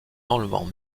enlevant